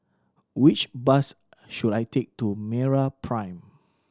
which bus should I take to MeraPrime